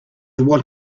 want